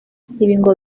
ngo